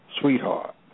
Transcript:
sweetheart